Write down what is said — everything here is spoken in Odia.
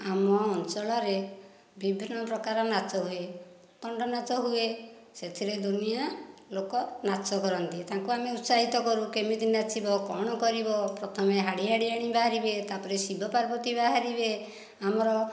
ଆମ ଅଞ୍ଚଳରେ ବିଭିନ୍ନ ପ୍ରକାର ନାଚ ହୁଏ ଦଣ୍ଡନାଚ ହୁଏ ସେଥିରେ ଦୁନିଆଁ ଲୋକ ନାଚ କରନ୍ତି ତାଙ୍କୁ ଆମେ ଉତ୍ସାହିତ କରୁ କେମିତି ନାଚିବ କଣ କରିବ ପ୍ରଥମେ ହାଡ଼ି ହାଡ଼ିଆଣୀ ବାହାରିବେ ତାପରେ ଶିବ ପାର୍ବତୀ ବାହାରିବେ ଆମର